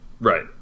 Right